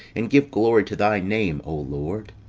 and give glory to thy name, o lord